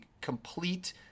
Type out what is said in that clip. complete